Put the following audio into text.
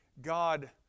God